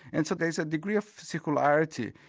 and so there's a degree of circularity,